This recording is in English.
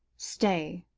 stay,